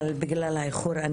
אבל בגלל האיחור,